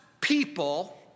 people